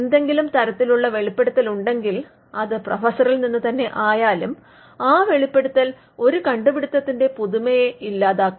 എന്തെങ്കിലും തരത്തിലുള്ള വെളിപ്പെടുത്തൽ ഉണ്ടെങ്കിൽ അത് പ്രൊഫസറിൽ നിന്ന് തന്നെ ആയാലും ആ വെളിപ്പെടുത്തൽ ഒരു കണ്ടുപിടുത്തത്തിന്റെ പുതുമയെ ഇല്ലാതാക്കും